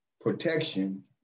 protection